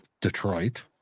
Detroit